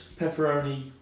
pepperoni